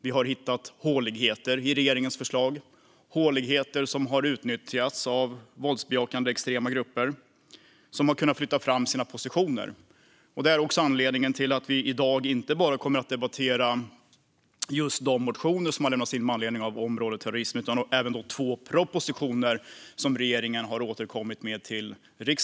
Vi har hittat håligheter i regeringens förslag, håligheter som har utnyttjats av våldsbejakande, extrema grupper som därmed har kunnat flytta fram sina positioner. Detta är också anledningen till att vi i dag debatterar inte bara de motioner som lämnats in utan även två av regeringens propositioner.